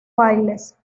bailes